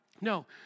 No